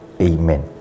Amen